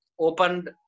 opened